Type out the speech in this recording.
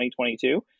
2022